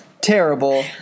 terrible